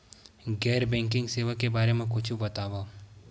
गैर बैंकिंग सेवा के बारे म कुछु बतावव?